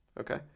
okay